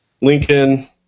Lincoln